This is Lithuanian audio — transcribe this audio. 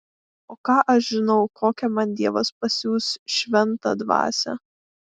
o ką aš žinau kokią man dievas pasiųs šventą dvasią